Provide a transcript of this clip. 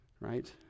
right